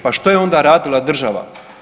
Pa što je onda radila država?